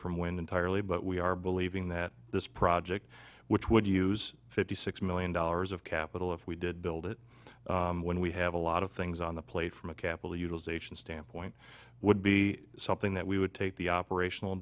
from wind entirely but we are believing that this project which would use fifty six million dollars of capital if we did build it when we have a lot of things on the plate from a capital utilization standpoint would be something that we would take the operational